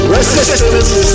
Resistance